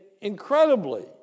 incredibly